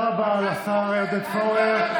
תודה רבה לשר עודד פורר.